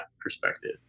perspective